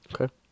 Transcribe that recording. Okay